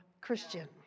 Christian